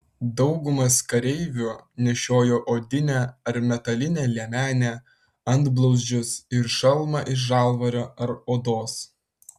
daugumas kareivių nešiojo odinę ar metalinę liemenę antblauzdžius ir šalmą iš žalvario ar odos